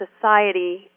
society